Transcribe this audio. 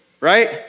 Right